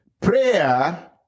Prayer